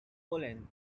holland